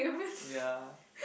yeah